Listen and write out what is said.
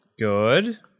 Good